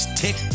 tick